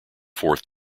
fourth